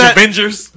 Avengers